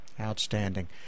Outstanding